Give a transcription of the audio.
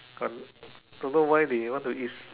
got don't know why they want to eat